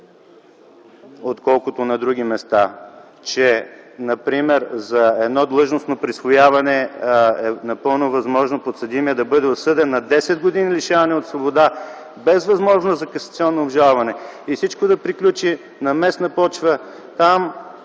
отколкото на други места - че за длъжностно присвояване е напълно възможно подсъдимият да бъде осъден на 10 години лишаване от свобода без възможност за касационно обжалване. Всичко може да приключи на местна почва – там,